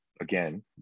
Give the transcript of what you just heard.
again